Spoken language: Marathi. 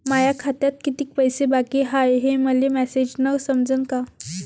माया खात्यात कितीक पैसे बाकी हाय हे मले मॅसेजन समजनं का?